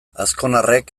azkonarrek